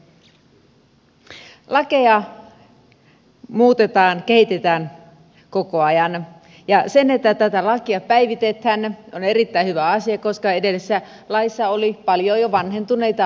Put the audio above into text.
lakeja muutetaan kehitetään koko ajan ja se että tätä lakia päivitetään on erittäin hyvä asia koska edellisessä laissa oli paljon jo vanhentuneita asioita